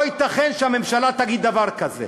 לא ייתכן שהממשלה תגיד דבר כזה.